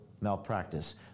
malpractice